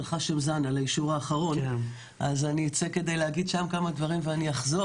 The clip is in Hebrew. אני אצא כדי להגיד שם כמה דברים ואחזור.